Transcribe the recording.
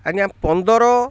ଆଜ୍ଞା ପନ୍ଦର